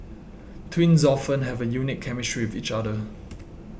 twins often have a unique chemistry with each other